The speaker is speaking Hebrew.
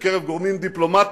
בקרב גורמים דיפלומטיים,